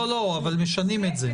אבל משנים את זה.